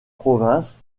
provinces